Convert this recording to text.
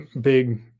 big